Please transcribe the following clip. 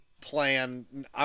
plan